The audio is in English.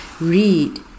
read